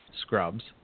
scrubs